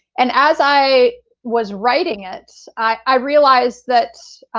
and as i was writing it, i realized that,